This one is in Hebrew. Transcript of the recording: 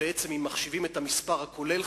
אם מחשיבים את המספר הכולל,